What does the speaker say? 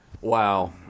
Wow